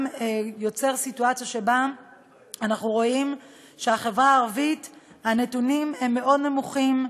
גם יוצאת סיטואציה שבה בחברה הערבית הנתונים מאוד נמוכים,